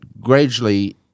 gradually